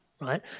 right